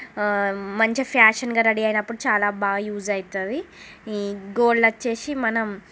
మంచిగా ఫ్యాషన్గా రెడీ అయినప్పుడు చాలా బాగా యూస్ అయితుంది ఈ గోల్డ్ వచ్చి మనం